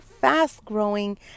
fast-growing